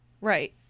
Right